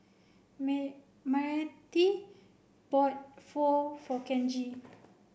may Myrtie bought Pho for Kenji